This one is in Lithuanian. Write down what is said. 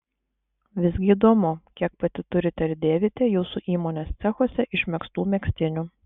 visgi įdomu kiek pati turite ir dėvite jūsų įmonės cechuose išmegztų megztinių